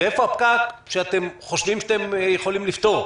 ואיפה הפקק שאתם חושבים שאתם יכולים לפתור?